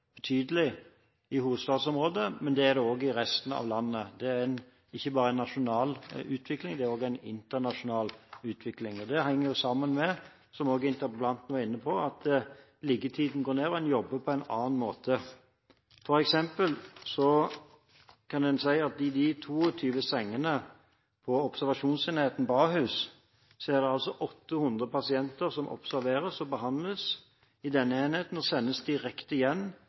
er det også i resten av landet. Det er ikke bare en nasjonal utvikling, det er også en internasjonal utvikling. Det henger sammen med – som også interpellanten var inne på – at liggetiden går ned, og at en jobber på en annen måte. For eksempel kan en si at i observasjonsenheten med de 22 sengene på Ahus er det 800 pasienter som observeres, behandles og sendes direkte hjem igjen